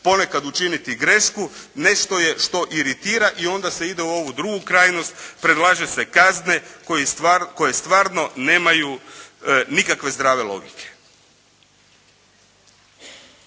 ponekad učiniti grešku, nešto je što iritira i onda se ide u ovu drugu krajnost, predlaže se kazne koje stvarno nemaju nikakve zdrave logike.